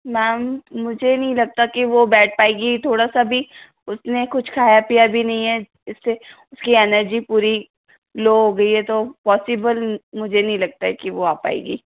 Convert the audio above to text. ma'am मुझे नहीं लगता कि वो बैठ पाएगी थोड़ा सा भी उसने कुछ खाया पिया भी नहीं है इससे उसकी एनर्जी पूरी लो हो गई है तो पौसिबल मुझे नहीं लगता है कि वो आ पाएगी